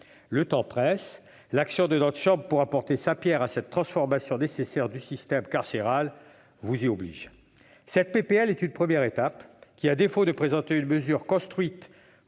Le temps presse. L'action de notre chambre pour apporter sa pierre à cette transformation nécessaire du système carcéral vous oblige. Cette proposition de loi est une première étape. À défaut de présenter une mesure construite,